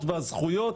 והוא רב הגדוד ולוחם.